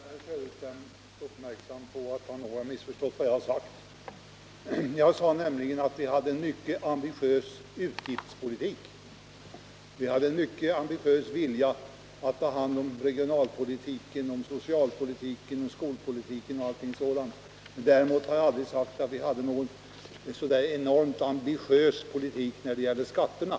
Herr talman! Jag vill bara göra Kurt Söderström uppmärksam på att han nog har missförstått vad jag har sagt. Jag sade nämligen att vi har en mycket ambitiös utgiftspolitik, en mycket ambitiös vilja att ta hand om regionalpolitiken, socialpolitiken, skolpolitiken m.m. Däremot har jag aldrig sagt att vi har en enormt ambitiös politik när det gäller skatterna.